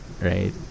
right